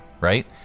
right